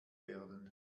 werden